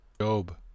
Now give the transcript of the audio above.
Job